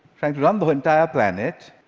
trying to run the entire planet,